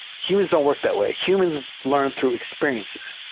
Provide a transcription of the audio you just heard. humans don't work that way. humans learn through experiences.